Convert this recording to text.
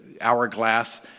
hourglass